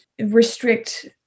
restrict